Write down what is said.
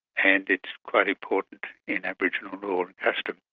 and it's quite important in aboriginal law and custom.